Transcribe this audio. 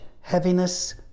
heaviness